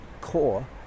core